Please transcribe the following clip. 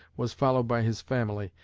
was followed by his family,